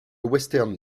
western